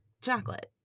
chocolate